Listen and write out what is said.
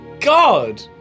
god